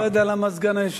אני לא יודע למה סגן היושב-ראש,